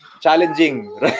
challenging